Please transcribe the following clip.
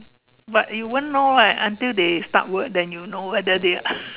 but you won't know right until they start work then you know whether they are